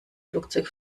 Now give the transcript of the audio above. flugzeug